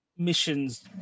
missions